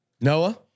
Noah